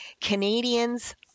Canadians